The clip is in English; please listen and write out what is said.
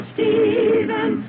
Stephen